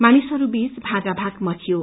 मानिसहरूबीच भागाभाग मच्चियो